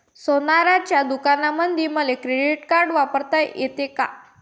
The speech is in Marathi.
सोनाराच्या दुकानामंधीही मले क्रेडिट कार्ड वापरता येते का?